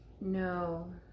No